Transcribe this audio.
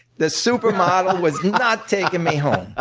the super model was not taking me home.